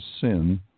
sin